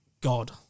God